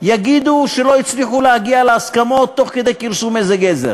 יגידו שלא הצליחו להגיע להסכמות תוך כדי כרסום איזה גזר.